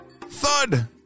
thud